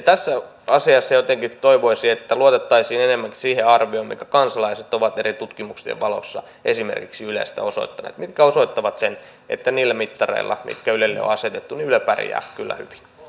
tässä asiassa jotenkin toivoisi että luotettaisiin enemmänkin niihin arvioihin mitä kansalaiset ovat esimerkiksi eri tutkimuksien valossa ylestä osoittaneet mitkä osoittavat sen että niillä mittareilla mitkä ylelle on asetettu yle pärjää kyllä hyvin